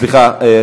סליחה.